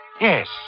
Yes